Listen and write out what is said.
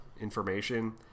information